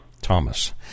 Thomas